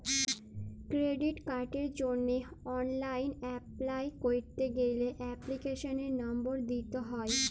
credit কার্ডের জন্হে online apply ক্যরতে গ্যালে এপ্লিকেশনের লম্বর দিত্যে হ্যয়